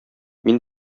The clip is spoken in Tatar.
мин